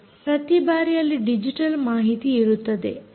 ಪ್ರತಿ ಬಾರಿ ಅಲ್ಲಿ ಡಿಜಿಟಲ್ ಮಾಹಿತಿ ಇರುತ್ತದೆ